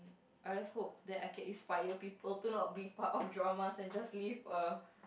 I just hope that I can be inspired people to not be part of dramas and just live a